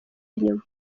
nyuma